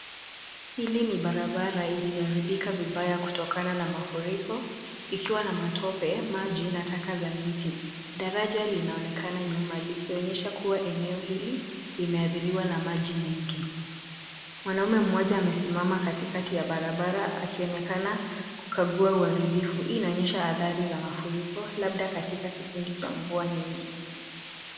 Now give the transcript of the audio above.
Hili ni barabara iliyoharibika vibaya kutokana na mafuriko ikiwa na matope, maji na taka za miti. Daraja linaonekana nyuma, likionyesha kuwa eneo hili limeathiriwa na maji mengi. Mwanaume mmoja amesimama katikati ya barabara akionekana kukagua uharibifu. Hii inaonyesha athari za mafuriko labda katika kipindi cha mvua nyingi.